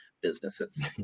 businesses